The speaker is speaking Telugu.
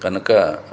కనుక